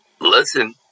listen